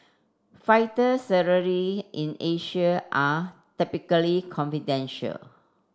fighter salary in Asia are typically confidential